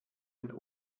den